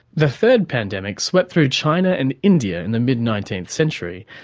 the third pandemic swept through china and india in the mid nineteenth century,